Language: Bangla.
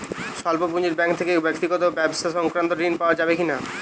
স্বল্প পুঁজির ব্যাঙ্ক থেকে ব্যক্তিগত ও ব্যবসা সংক্রান্ত ঋণ পাওয়া যাবে কিনা?